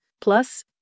plus